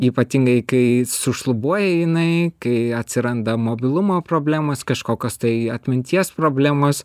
ypatingai kai sušlubuoja jinai kai atsiranda mobilumo problemos kažkokios tai atminties problemos